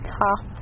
top